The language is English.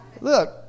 Look